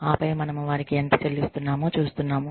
ఆపై మనము వారికి ఎంత చెల్లిస్తున్నాము చూస్తున్నాము